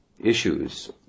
issues